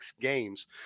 games